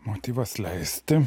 motyvas leisti